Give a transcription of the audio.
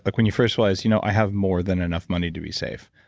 like when you first realized, you know i have more than enough money to be safe.